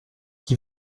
qui